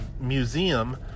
museum